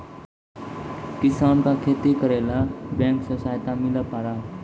किसान का खेती करेला बैंक से सहायता मिला पारा?